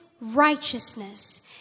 righteousness